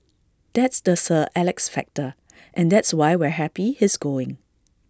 that's the sir Alex factor and that's why we're happy he's going